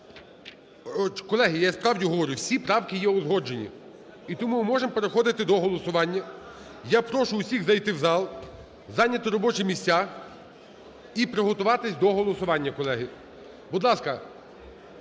Колеги, я справді говорю, всі правки є узгоджені. І тому ми можемо переходити до голосування. Я прошу всіх зайти в зал, зайняти робочі місця і приготуватися до голосування, колеги. Будь ласка,